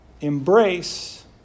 embrace